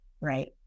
right